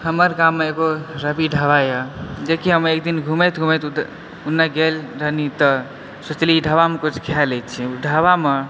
हमर गाममे एगो रवि ढाबाए जेकि हम एकदिन घुमैत घुमैत ओनय गेल रहनी तऽ सोचली ई ढाबामे कुछ खा लैत छी ओ ढाबामे